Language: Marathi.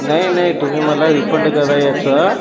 नाही नाही तुम्ही मला रिफंड करा ह्याचं